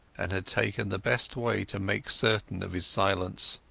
and had taken the best way to make certain of his silence.